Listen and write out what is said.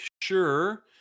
sure